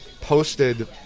posted